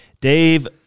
Dave